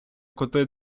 кути